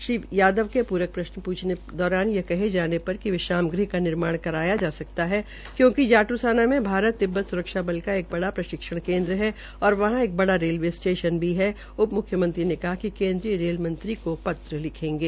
श्री यादव के पूरक प्रश्न पूछ दौरान यह कहे जाने पर कि विश्राम गह का निर्माण करवाया जा सकता है क्योंकि जादूसाना में भारत तिब्धत सुरक्षा श्ल का एक ड़ा प्रशिक्षण केन्द्र है और यहां एक ड़ा रेलवे स्टेशन है उप मुख्यमंत्री ने कहा कि केंद्रीय रेल मंत्री को पत्र लिखेंगे